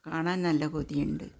കാണാൻ നല്ല കൊതിയുണ്ട്